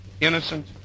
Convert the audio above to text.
Innocent